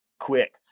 quick